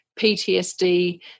PTSD